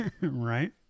Right